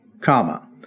comma